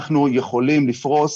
אנחנו יכולים לפרוס